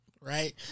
right